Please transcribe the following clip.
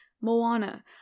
Moana